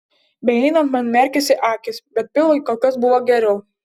beeinant man merkėsi akys bet pilvui kol kas buvo geriau